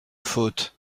faute